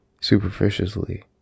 superficially